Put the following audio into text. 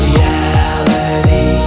Reality